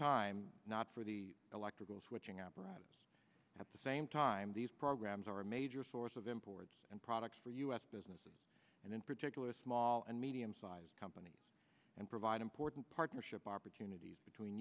time not for the electrical switching apparatus at the same time these programs are a major source of imports and products for u s businesses and in particular small and medium sized companies and provide important partnership opportunities between